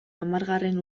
hamargarren